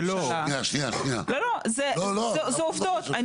זה עובדות.